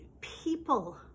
people